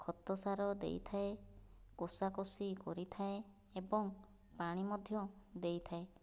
ଖତ ସାର ଦେଇଥାଏ କୋସାକୋସି କରିଥାଏ ଏବଂ ପାଣି ମଧ୍ୟ ଦେଇଥାଏ